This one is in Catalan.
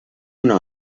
una